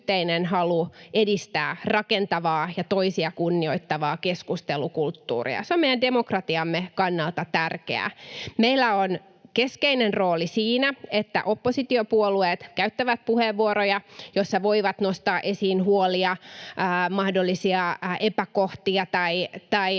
edistää rakentavaa ja toisia kunnioittavaa keskustelukulttuuria. Se on meidän demokratiamme kannalta tärkeää. Meillä on keskeinen rooli siinä, että oppositiopuolueet käyttävät puheenvuoroja, joissa voivat nostaa esiin huolia, mahdollisia epäkohtia tai